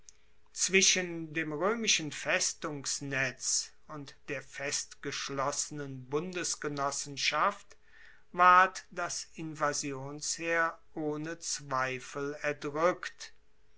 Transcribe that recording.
zwischen dem roemischen festungsnetz und der festgeschlossenen bundesgenossenschaft ward das invasionsheer ohne zweifel erdrueckt